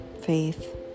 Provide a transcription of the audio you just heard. faith